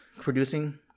producing